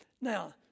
Now